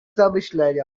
zamyślenia